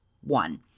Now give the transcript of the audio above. one